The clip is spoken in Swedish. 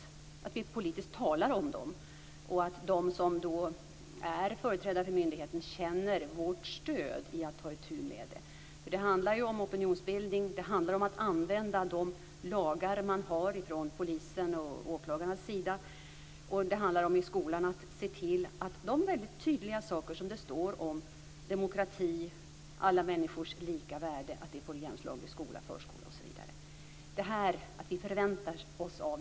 Vi talar politiskt om dem, så att de som är företrädare för myndigheter känner vårt stöd för att ta itu med det. Det handlar om opinionsbildning, om att polis och åklagare använder de lagar som finns. Det handlar om att se till att de tydliga saker som det skrivs om, dvs. demokrati och alla människors lika värde, får genomslag i skola, förskola osv. - vi förväntar oss det.